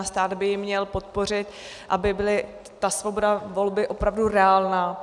Stát by měl podpořit, aby byla ta svoboda volby opravdu reálná.